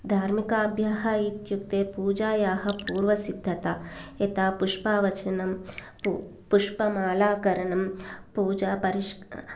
धार्मिक अभ्यासाः इत्युक्ते पूजायाः पूर्वसिद्धता यथा पुष्पावचनं पु पुष्पमालाकरणम् पूजा